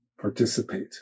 participate